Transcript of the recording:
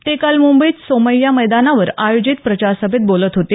ते काल मुंबईत सोमय्या मैदानावर आयोजित प्रचारसभेत बोलत होते